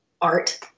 art